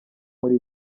muri